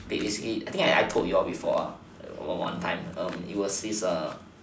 I think I told you all before one time it was this a